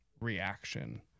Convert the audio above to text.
reaction